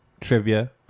trivia